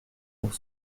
pour